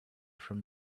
from